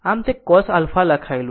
આમ જ તે cos α લખાયેલું છે